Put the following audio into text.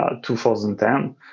2010